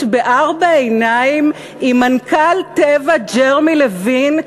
בארבע עיניים עם מנכ"ל "טבע" ג'רמי לוין,